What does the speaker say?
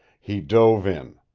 he dove in.